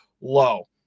low